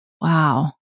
Wow